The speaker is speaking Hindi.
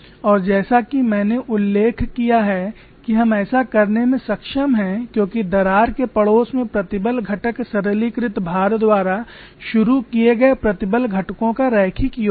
और जैसा कि मैंने उल्लेख किया है कि हम ऐसा करने में सक्षम हैं क्योंकि दरार के पड़ोस में प्रतिबल घटक सरलीकृत भार द्वारा शुरू किए गए प्रतिबल घटकों का रैखिक योग है